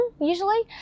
usually